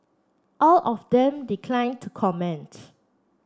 all of them declined to comment